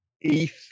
ETH